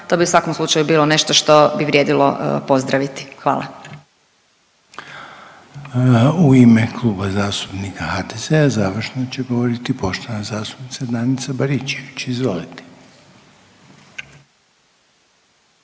to bi u svakom slučaju bilo nešto što bi vrijedilo pozdraviti. Hvala. **Reiner, Željko (HDZ)** U ime Kluba zastupnika HDZ-a završno će govoriti poštovana zastupnica Danica Baričević, izvolite.